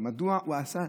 ומדוע הוא עשה?